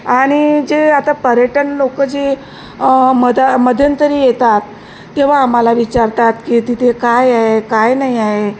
आणि जे आता पर्यटन लोकं जे मध्ये मध्यंतरी येतात तेव्हा आम्हाला विचारतात की तिथे काय आहे काय नाही आहे